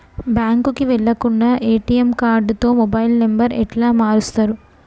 బ్యాంకుకి వెళ్లకుండా ఎ.టి.ఎమ్ కార్డుతో మొబైల్ నంబర్ ఎట్ల మారుస్తరు?